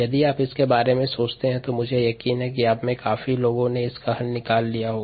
यदि आप इसके बारे में सोचते हैं तो मुझे यकीन है आप में से काफी लोगों ने इसका हल निकाल लिया होगा